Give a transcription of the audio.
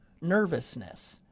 nervousness